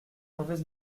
mauvaise